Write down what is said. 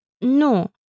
No